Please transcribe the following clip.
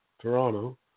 toronto